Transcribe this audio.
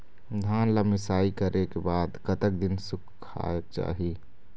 धान ला मिसाई करे के बाद कतक दिन सुखायेक चाही?